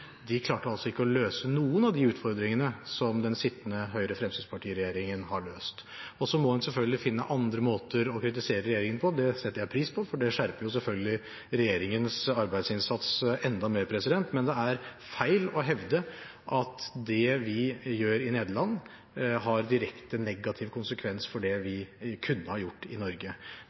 de klarte altså ikke å løse noen av de utfordringene som den sittende Høyre–Fremskrittsparti-regjeringen har løst. Og så må en selvfølgelig finne andre måter å kritisere regjeringen på. Det setter jeg pris på, for det skjerper jo selvfølgelig regjeringens arbeidsinnsats enda mer. Men det er feil å hevde at det vi gjør i Nederland, har direkte negativ konsekvens for det vi kunne ha gjort i Norge.